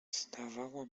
zdawało